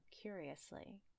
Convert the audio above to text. curiously